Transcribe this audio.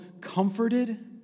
comforted